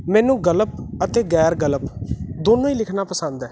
ਮੈਨੂੰ ਗਲਪ ਅਤੇ ਗੈਰ ਗਲਪ ਦੋਨੋਂ ਹੀ ਲਿਖਣਾ ਪਸੰਦ ਹੈ